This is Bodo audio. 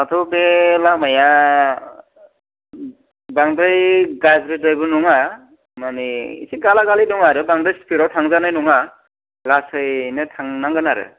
दाथ' बे लामाया बांद्राय गाज्रिद्राय बो नङा मानि एसे गाला गालि दं आरो बांद्राय स्पिडाव थांजानाय नङा लासैनो थांनांगोन आरो